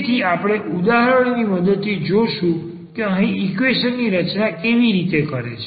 તેથી આપણે ઉદાહરણોની મદદથી જોશું કે આ અહીં ઈક્વેશન ની રચના કેવી રીતે કાર્ય કરે છે